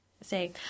say